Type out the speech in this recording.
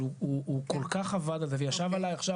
אבל הוא כל כך עבד על זה וישב עליי עכשיו,